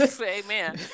amen